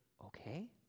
okay